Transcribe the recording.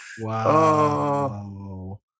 Wow